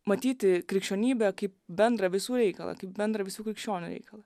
matyti krikščionybę kaip bendrą visų reikalą kaip bendrą visų krikščionių reikalą